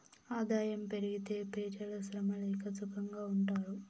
ఆదాయం పెరిగితే పెజలు శ్రమ లేక సుకంగా ఉంటారు